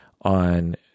on